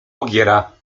ogiera